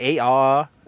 AR